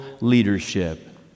leadership